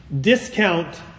discount